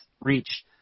Reach